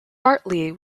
bartley